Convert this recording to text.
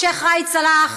שיח' ראאד סלאח